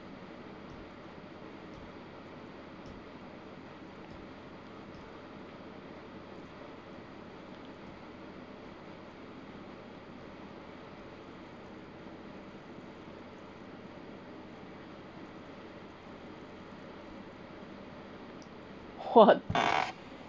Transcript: what